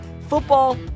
Football